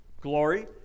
glory